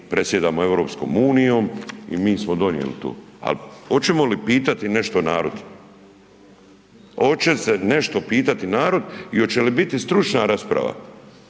predsjedamo EU i mi smo donijeli to. Ali hoćemo li pitati nešto narod? Oće se nešto pitati narod i oće li biti stručna rasprava?